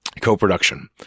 co-production